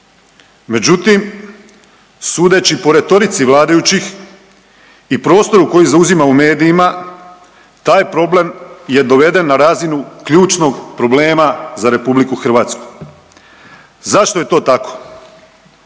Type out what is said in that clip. Međutim, sudeći po retorici vladajućih i prostoru koji zauzima u medijima taj problem je doveden na razinu ključnog problema za RH. Zašto je to tako?